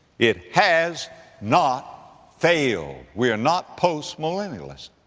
it has not failed. we are not post-millennialists.